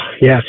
yes